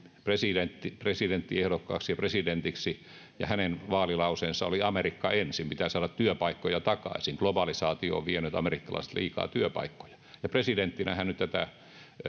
presidenttiehdokkaaksi ja presidentiksi ja hänen vaalilauseensa oli amerikka ensin pitää saada työpaikkoja takaisin globalisaatio on vienyt amerikkalaisilta liikaa työpaikkoja ja presidenttinä hän nyt tätä